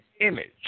image